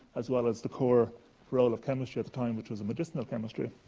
as well as the core role of chemistry at the time, which was a medicinal chemistry.